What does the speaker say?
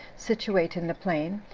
situate in the plain,